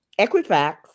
Equifax